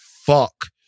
fuck